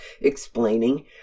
explaining